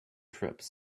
trips